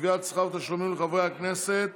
לקביעת שכר תשלומים לחברי הכנסת,